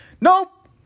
Nope